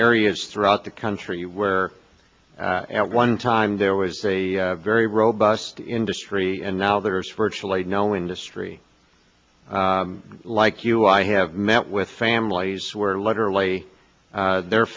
areas throughout the country where at one time there was a very robust industry and now there's virtually no industry like you i have met with families where literally they're